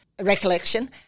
recollection